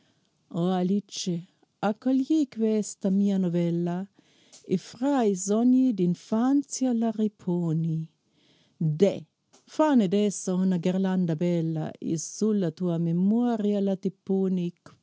o alice accogli questa mia novella e fra i sogni d'infanzia la riponi deh fanne d'essa una ghirlanda bella e sulla tua memoria la